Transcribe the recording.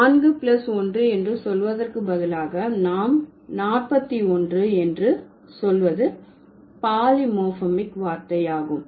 நான்கு பிளஸ் ஒன்று என்று சொல்வதற்கு பதிலாக நாம் நாற்பத்து ஒன்று என்று சொல்வது பாலிமோர்பிமிக் வார்த்தை ஆகும்